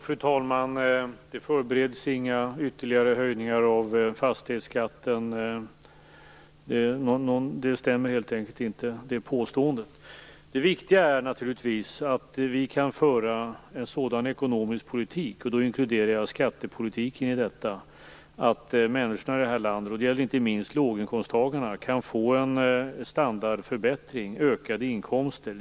Fru talman! Det förbereds inga ytterligare höjningar av fastighetsskatten. Det som här påståtts stämmer helt enkelt inte. Det viktiga är naturligtvis att vi kan föra en sådan ekonomisk politik, inklusive skattepolitiken, att människor i detta land - inte minst låginkomsttagarna - kan få en standardförbättring och ökade inkomster.